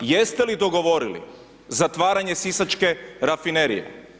Jeste li dogovorili zatvaranje sisačke rafinerije?